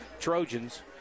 Trojans